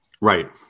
Right